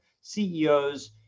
CEOs